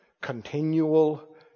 continual